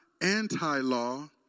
anti-law